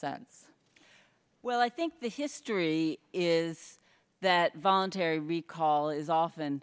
sense well i think the history is that voluntary recall is often